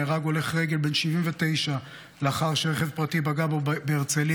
נהרג הולך רגל בן 79 לאחר שרכב פרטי פגע בו בהרצליה,